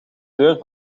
deur